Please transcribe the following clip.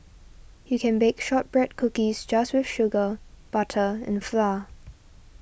you can bake Shortbread Cookies just with sugar butter and flour